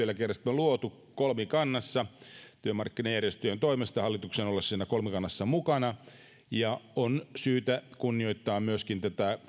luotu kolmikannassa työmarkkinajärjestöjen toimesta hallituksen ollessa siinä kolmikannassa mukana ja on syytä kunnioittaa myöskin